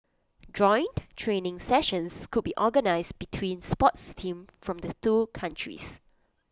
joint training sessions could be organised between sports teams from the two countries